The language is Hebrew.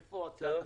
איפה הצעת החוק?